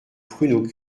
pruneaux